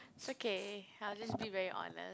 it's okay I'll just be very honest